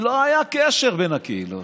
לא היה קשר בין הקהילות,